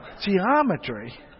Geometry